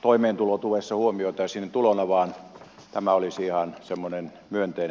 toimeentulotuessa huomioitaisi tulona vaan tämä olisi ihan semmoinen myönteinen asia